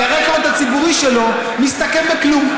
כי הרקורד הציבורי שלו מסתכם בכלום.